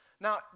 Now